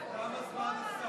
תם הזמן לשר.